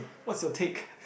what's your take